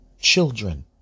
children